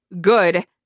good